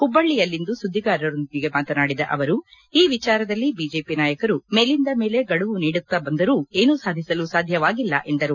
ಹುಬ್ಬಳ್ಳಯಲ್ಲಿಂದು ಸುದ್ದಿಗಾರರೊಂದಿಗೆ ಮಾತನಾಡಿದ ಅವರು ಈ ವಿಚಾರದಲ್ಲಿ ಬಿಜೆಪಿ ನಾಯಕರು ಮೇಲಿಂದ ಮೇಲೆ ಗಡುವು ನೀಡುತ್ತಾ ಬಂದರೂ ಏನೂ ಸಾಧಿಸಲು ಸಾಧ್ಯವಾಗಿಲ್ಲ ಎಂದರು